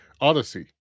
Odyssey